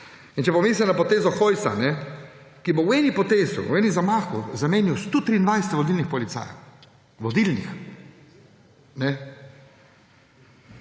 In če pomislim na potezo Hojsa, ki bo v eni potezi, v enem zamahu zamenjal 123 vodilih policajev. Vodilnih.